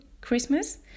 Christmas